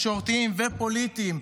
תקשורתיים ופוליטיים,